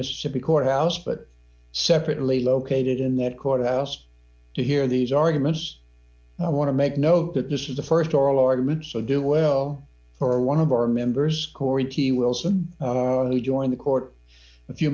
mississippi courthouse but separately located in that courthouse to hear these arguments i want to make note that this is the st oral argument so do well for one of our members corey t wilson who joined the court a few